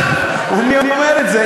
אני אומר את זה,